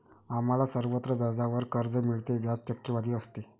आम्हाला सर्वत्र व्याजावर कर्ज मिळते, व्याज टक्केवारीवर असते